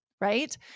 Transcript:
right